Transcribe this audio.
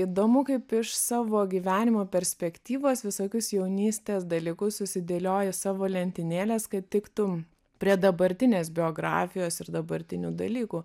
įdomu kaip iš savo gyvenimo perspektyvos visokius jaunystės dalykus susidėlioji į savo lentynėles kad tiktų prie dabartinės biografijos ir dabartinių dalykų